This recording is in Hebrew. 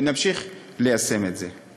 ונמשיך ליישם את זה.